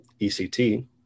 ECT